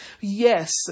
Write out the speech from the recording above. yes